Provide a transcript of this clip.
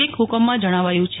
એક હુકમમાં જણાવાયું છે